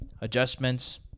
Adjustments